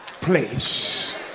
place